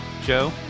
Joe